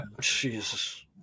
Jesus